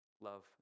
Love